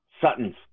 Sutton's